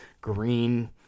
green